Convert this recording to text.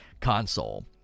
console